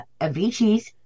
Avicii's